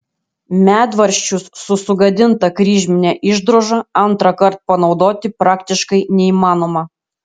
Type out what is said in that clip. medvaržčius su sugadinta kryžmine išdroža antrąkart panaudoti praktiškai neįmanoma